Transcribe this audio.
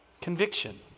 Conviction